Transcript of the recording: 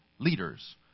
Leaders